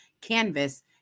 canvas